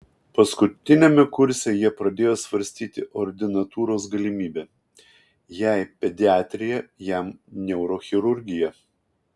paskutiniame kurse jie pradėjo svarstyti ordinatūros galimybę jai pediatrija jam neurochirurgija